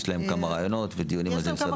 יש להם כמה רעיונות ודיונים על זה במשרד הבריאות.